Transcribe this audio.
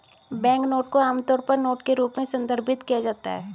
banknote को आमतौर पर नोट के रूप में संदर्भित किया जाता है